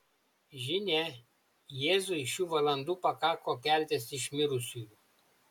žinia jėzui šių valandų pakako keltis iš mirusiųjų